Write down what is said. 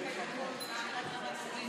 האוזר,